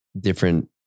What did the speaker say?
different